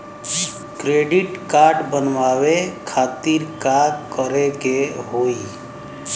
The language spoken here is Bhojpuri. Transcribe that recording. क्रेडिट कार्ड बनवावे खातिर का करे के होई?